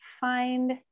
find